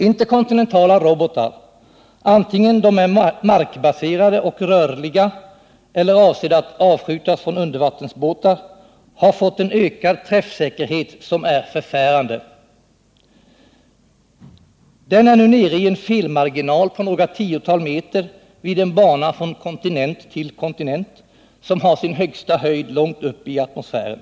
Interkontinentala robotar, antingen de är markbaserade och rörliga eller avsedda att avskjutas från undervattensbåtar, har fått en ökad träffsäkerhet som är förfärande. Träffsäkerhetens felmarginal är nu nere i några tiotal meter vid en bana från kontinent till kontinent, en bana som har sin högsta höjd långt uppe i atmosfären.